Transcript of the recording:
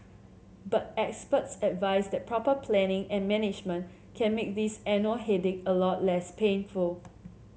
but experts advise that proper planning and management can make this annual headache a lot less painful